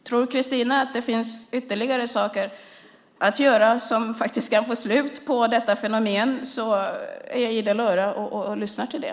Tror Christina att det finns ytterligare saker att göra som faktiskt kan få slut på detta fenomen är jag idel öra och lyssnar till det.